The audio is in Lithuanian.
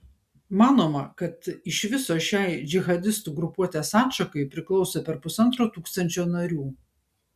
manoma kad iš viso šiai džihadistų grupuotės atšakai priklauso per pusantro tūkstančio narių